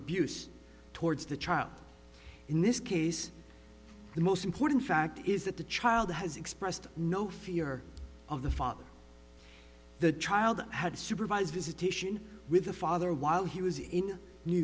abuse towards the child in this case the most important fact is that the child has expressed no fear of the father the child had supervised visitation with the father while he was in new